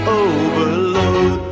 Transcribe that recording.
overload